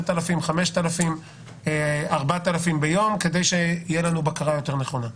מסוים ביום כדי שתהיה בקרה יותר נכונה.